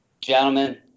Gentlemen